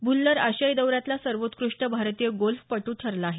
भुछ्छर आशियाई दौऱ्यातला सर्वोत्कृष्ट भारतीय गोल्फपट्र ठरला आहे